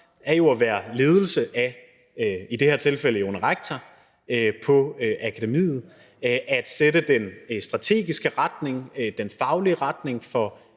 er at være ledelse – i det her tilfælde en rektor på akademiet – og at sætte den strategiske retning, den faglige retning for